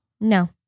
No